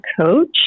coach